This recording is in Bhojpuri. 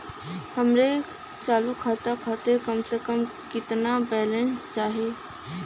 हमरे चालू खाता खातिर कम से कम केतना बैलैंस चाही?